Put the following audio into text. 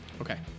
Okay